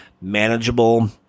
manageable